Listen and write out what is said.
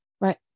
Right